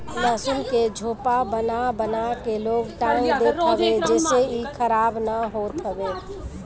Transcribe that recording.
लहसुन के झोपा बना बना के लोग टांग देत हवे जेसे इ खराब ना होत हवे